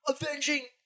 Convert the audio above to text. avenging